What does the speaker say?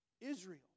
Israel